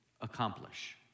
accomplish